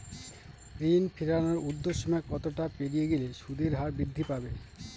ঋণ ফেরানোর উর্ধ্বসীমা কতটা পেরিয়ে গেলে সুদের হার বৃদ্ধি পাবে?